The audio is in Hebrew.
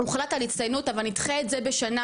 הוחלט על הצטיינות אבל נדחה את זה בשנה,